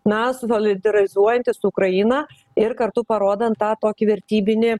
na susolidarizuojantis su ukraina ir kartu parodant tą tokį vertybinį